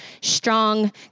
strong